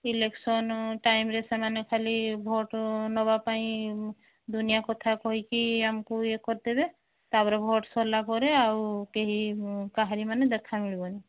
election ଟାଇମ୍ରେ ସେମାନେ ଖାଲି ଭୋଟ୍ ନେବା ପାଇଁ ଦୁନିଆ କଥା କହିକି ଆମକୁ ଇଏ କରିଦେବେ ତା'ପରେ ଭୋଟ୍ ସରିଲା ପରେ ଆଉ କେହି କାହାରି ମାନେ ଦେଖା ମିଳିବନି